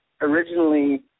originally